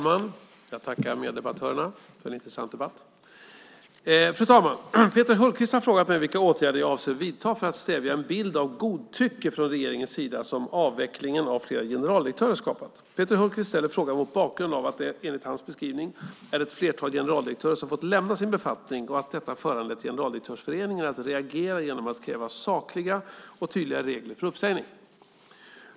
Fru talman! Peter Hultqvist har frågat mig vilka åtgärder jag avser att vidta för att stävja den bild av godtycke från regeringens sida som avvecklingen av flera generaldirektörer skapat. Peter Hultqvist ställer frågan mot bakgrund av att det, enligt hans beskrivning, är ett flertal generaldirektörer som fått lämna sin befattning och att detta föranlett Generaldirektörsföreningen att reagera genom att kräva sakliga och tydliga regler för uppsägning.